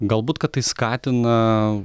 galbūt kad tai skatina